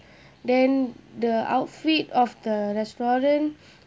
then the outfit of the restaurant